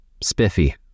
spiffy